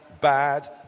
bad